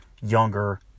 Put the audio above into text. younger